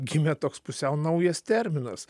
gimė toks pusiau naujas terminas